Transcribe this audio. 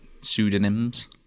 Pseudonyms